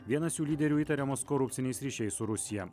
vienas jų lyderių įtariamas korupciniais ryšiais su rusija